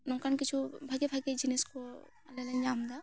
ᱱᱚᱝᱠᱟᱱ ᱠᱤᱪᱷᱩ ᱵᱷᱟᱜᱮ ᱵᱷᱟᱜᱮ ᱡᱤᱱᱤᱥ ᱠᱚ ᱞᱮ ᱧᱟᱢ ᱫᱟ